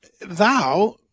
thou